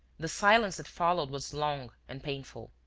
the silence that followed was long and painful,